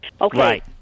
Okay